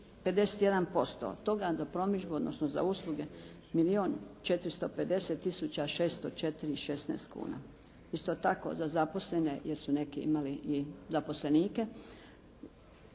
450 tisuća 604 i 16 kuna. Isto tako za zaposlene jer su neki imali i zaposlenike